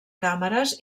càmeres